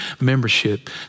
membership